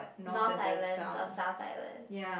north island or south island